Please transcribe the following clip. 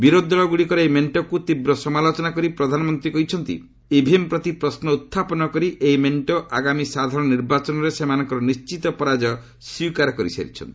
ବିରୋଧୀ ଦଳଗୁଡିକର ଏହି ମେଣ୍ଟକୁ ତୀବ୍ର ସମାଲୋଚନା କରି ପ୍ରଧାନମନ୍ତ୍ରୀ ମୋଦି କହିଛନ୍ତି ଇଭିଏମ୍ ପ୍ରତି ପ୍ରଶ୍ୱ ଉତ୍ଥାପନ କରି ଏହି ମେଣ୍ଟ ଆଗାମୀ ସାଧାରଣ ନିର୍ବାଚନରେ ସେମାନଙ୍କର ନିଣ୍ଟିତ ପରାଜୟ ସ୍ୱୀକାର କରିସାରିଛନ୍ତି